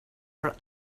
for